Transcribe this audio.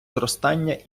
зростання